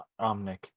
Omnic